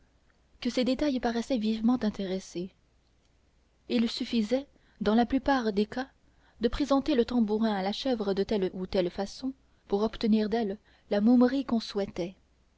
que ces détails paraissaient vivement intéresser il suffisait dans la plupart des cas de présenter le tambourin à la chèvre de telle ou telle façon pour obtenir d'elle la momerie qu'on souhaitait